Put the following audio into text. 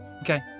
Okay